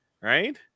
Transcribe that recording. right